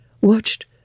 watched